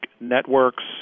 networks